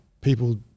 people